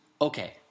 Okay